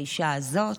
האישה הזאת,